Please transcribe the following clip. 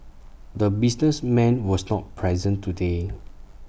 the businessman was not present today